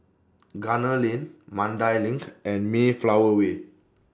Gunner Lane Mandai LINK and Mayflower Way